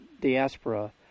diaspora